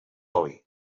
oli